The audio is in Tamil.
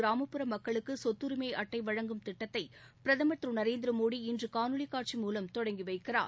கிராமப்புற மக்களுக்கு சொத்தரிமை அட்டை வழங்கும் திட்டத்தை பிரதமர் திரு நரேந்திர மோடி இன்று காணொலி காட்சி மூலம் தொடங்கி வைக்கிறார்